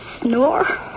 snore